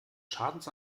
schadens